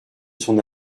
son